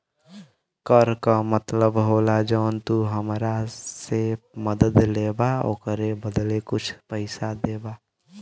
कर का मतलब होला जौन तू हमरा से मदद लेबा ओकरे बदले कुछ पइसा देबा